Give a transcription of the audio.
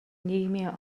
нийгмийн